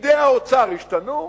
פקידי האוצר השתנו?